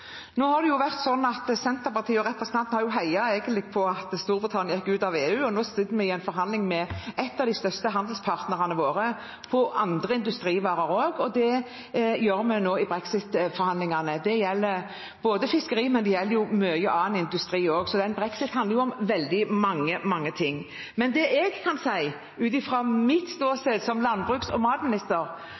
Nå har det vært sånn at Senterpartiet og representanten egentlig har heia for at Storbritannia gikk ut av EU, og nå sitter vi i en forhandling med en av de største handelspartnerne våre på andre industrivarer også. Det gjør vi nå i brexit-forhandlingene. Det gjelder fiskeri, men det gjelder mye annen industri også. Så brexit handler om veldig, veldig mange ting. Det jeg kan si, er at ut fra mitt ståsted som landbruks- og matminister